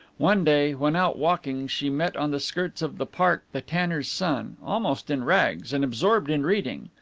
one day, when out walking, she met on the skirts of the park the tanner's son, almost in rags, and absorbed in reading.